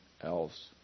else